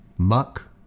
muck